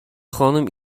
خانم